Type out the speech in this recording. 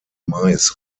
mais